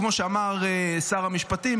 כמו שאמר שר המשפטים,